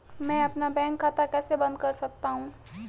मैं अपना बैंक खाता कैसे बंद कर सकता हूँ?